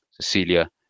Cecilia